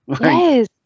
Yes